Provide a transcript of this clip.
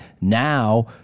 now